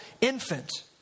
infant